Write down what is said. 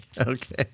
okay